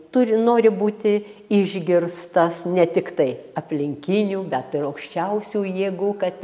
turi nori būti išgirstas ne tiktai aplinkinių bet ir aukščiausių jėgų kad